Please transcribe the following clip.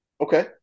Okay